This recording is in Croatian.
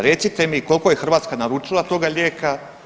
Recite mi koliko je Hrvatska naručila toga lijeka?